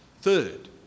Third